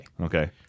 Okay